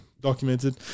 documented